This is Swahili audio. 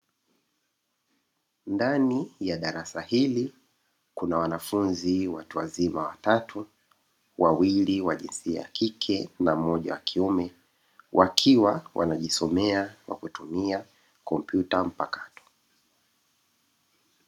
Ndani ya darasa hili kuna wanafunzi watu wazima watatu; wawili wa jinsia ya kike na mmoja wa kiume, wakiwa wanajisomea kwa kutumia kompyuta mpakato.